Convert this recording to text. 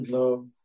love